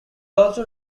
also